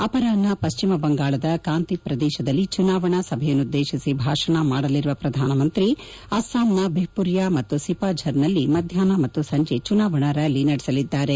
ಅಪರಾಷ್ನ ಪಶ್ಚಿಮ ಪಂಗಾಳದ ಕಾಂತಿ ಪ್ರದೇಶದಲ್ಲಿ ಚುನಾವಣಾ ಸಭೆಯನ್ನುದ್ದೇತಿ ಭಾಷಣ ಮಾಡಲಿರುವ ಪ್ರಧಾಮಂತ್ರಿ ಅಸ್ಲಾಂನ ಬಿಹ್ವುರಿಯಾ ಮತ್ತು ಸಿಪಾಜ್ವರ್ ನಲ್ಲಿ ಮಧ್ಯಾಷ್ನ ಮತ್ತು ಸಂಜೆ ಚುನಾವಣಾ ರ್ಕಾಲಿ ನಡೆಸಲಿದ್ದಾರೆ